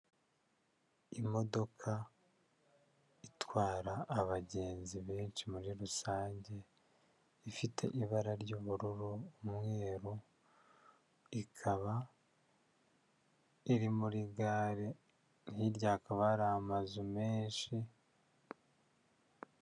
Imodoka itwara abagenzi benshi muri rusange, ifite ibara ry'ubururu, umweru, ikaba iri muri gare, hirya hakaba hari amazu menshi.